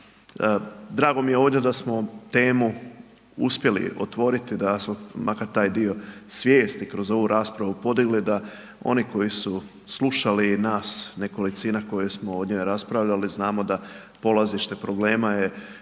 Drago mi je ovdje da smo temu uspjeli otvoriti, da smo makar taj dio svijesti kroz ovu raspravu podigli, da oni koji su slušali i nas nekolicina koji smo ovdje raspravljali znamo da polazište problema je